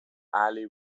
ali